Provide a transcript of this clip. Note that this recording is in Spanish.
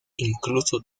incluso